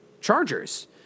Chargers